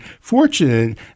fortunate